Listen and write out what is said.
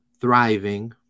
thriving